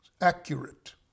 accurate